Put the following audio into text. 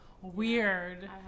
weird